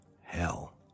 hell